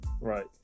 Right